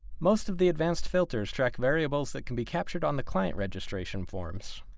most of the advanced filters track variables that can be captured on the client registration forms